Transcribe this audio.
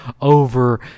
over